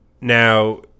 Now